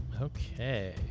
Okay